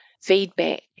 feedback